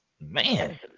Man